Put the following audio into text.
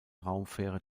raumfähre